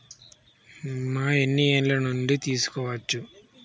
బీమా ఎన్ని ఏండ్ల నుండి తీసుకోవచ్చు?